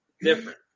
different